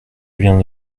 vient